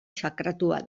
sakratua